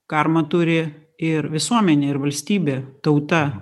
karmą turi ir visuomenė ir valstybė tauta